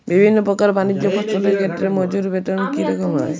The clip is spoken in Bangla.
বিভিন্ন প্রকার বানিজ্য ফসলের ক্ষেত্রে মজুর বেতন কী রকম হয়?